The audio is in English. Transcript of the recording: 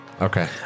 Okay